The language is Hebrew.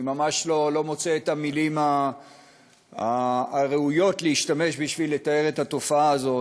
אני ממש לא מוצא את המילים הראויות לשימוש בשביל לתאר את התופעה הזאת,